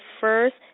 first